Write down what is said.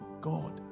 God